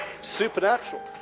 Supernatural